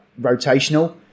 rotational